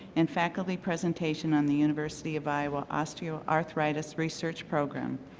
and faculty presentation on the university of iowa osteoarthritis research program.